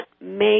make